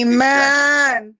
Amen